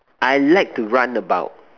I like to run about